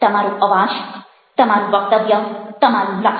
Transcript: તમારો અવાજ તમારું વક્તવ્ય તમારું લખાણ